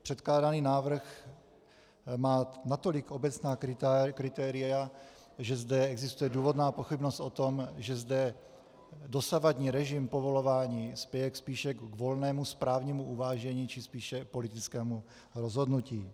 Předkládaný návrh má natolik obecná kritéria, že zde existuje důvodná pochybnost o tom, že zde dosavadní režim povolování spěje spíše k volnému správnímu uvážení, či spíše politickému rozhodnutí.